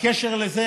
בקשר לזה,